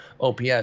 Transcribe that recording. OPS